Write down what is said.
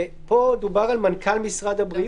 כאן דובר על מנכ"ל משרד הבריאות.